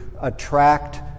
attract